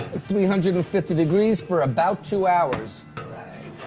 three hundred and fifty degrees for about two hours.